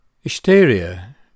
Hysteria